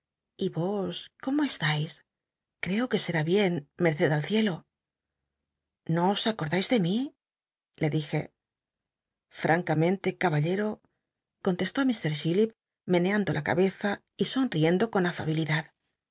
y os cómo eslais creo que ser bien merced al ciclo no os acordais de mi le dije francame nte caballero contestó ilr chillip meneando la cab za y sonriendo con afabilidad